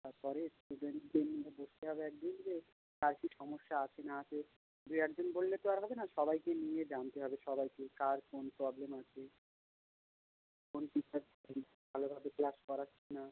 তার পরে স্টুডেন্টদের নিয়ে বসতে হবে এক দিন যে কার কী সমস্যা আছে না আছে দু একজন বললে তো আর হবে না সবাইকে নিয়ে জানতে হবে সবাইকে কার কোন প্রবলেম আছে কোন টিচার ভালোভাবে ক্লাস করাচ্ছে না